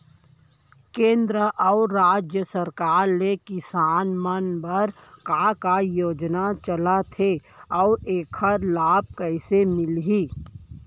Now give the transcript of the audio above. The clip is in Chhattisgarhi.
केंद्र अऊ राज्य सरकार ले किसान मन बर का का योजना चलत हे अऊ एखर लाभ कइसे मिलही?